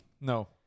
No